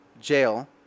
jail